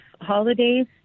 holidays